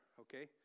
okay